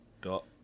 got